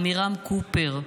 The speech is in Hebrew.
עמירם קופר,